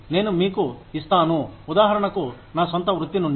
నేను మీకు ఇస్తాను ఉదాహరణకు నా సొంత వృత్తి నుండి